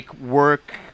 work